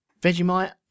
Vegemite